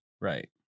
Right